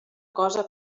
cosa